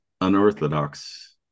unorthodox